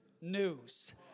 news